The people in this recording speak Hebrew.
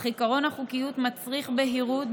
אך עקרון החוקיות מצריך בהירות,